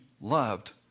loved